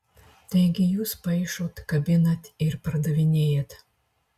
taigi jūs paišot kabinat ir pardavinėjat